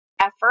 effort